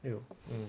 you know um